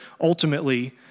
ultimately